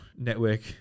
network